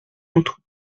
notre